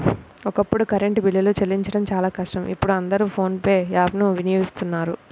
ఒకప్పుడు కరెంటు బిల్లులు చెల్లించడం చాలా కష్టం ఇప్పుడు అందరూ ఫోన్ పే యాప్ ను వినియోగిస్తున్నారు